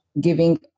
giving